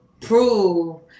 prove